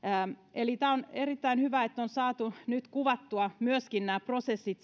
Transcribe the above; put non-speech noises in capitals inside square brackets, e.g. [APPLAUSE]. eli on erittäin hyvä että on saatu nyt kuvattua selkeästi myöskin nämä prosessit [UNINTELLIGIBLE]